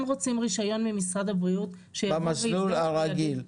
רוצים רישיון ממשרד הבריאות שיבוא --- במסלול הרגיל.